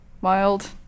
wild